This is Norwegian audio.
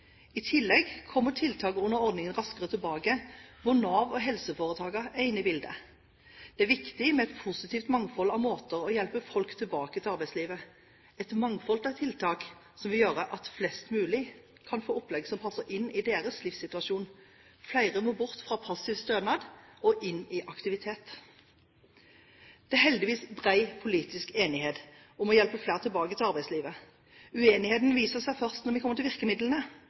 I tillegg kommer tiltak under ordningen Raskere tilbake, hvor Nav og helseforetakene er inne i bildet. Det er viktig med et positivt mangfold av måter å hjelpe folk tilbake til arbeidslivet på, et mangfold av tiltak som vil gjøre at flest mulig kan få opplegg som passer inn i deres livssituasjon. Flere må bort fra passiv stønad og inn i aktivitet. Det er heldigvis bred politisk enighet om å hjelpe flere tilbake til arbeidslivet. Uenigheten viser seg først når vi kommer til virkemidlene.